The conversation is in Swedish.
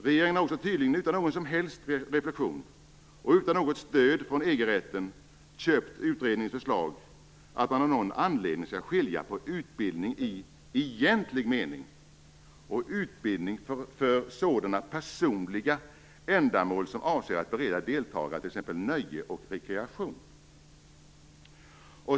Regeringen har också tydligen, utan någon som helst reflexion och utan något stöd från EG-rätten, köpt utredningens förslag att man av någon anledning skall skilja på utbildning i egentlig mening och utbildning för sådana personliga ändamål som avser att bereda deltagarna t.ex. nöje och rekreation.